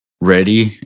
ready